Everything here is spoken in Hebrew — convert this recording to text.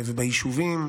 וביישובים,